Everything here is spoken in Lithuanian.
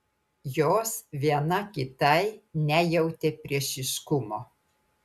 jos viena kitai nejautė priešiškumo